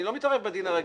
אני לא מתערב בדין הרגיל.